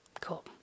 Cool